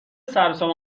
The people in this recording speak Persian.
سرسام